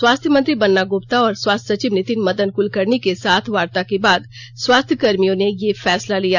स्वास्थ्य मंत्री बन्ना ग्रप्ता और स्वास्थ्य सचिव ैनितिन मदन कुलकर्णी के साथ वार्ता के बाद स्वास्थ्य कर्मियों ने यह फैसला लिया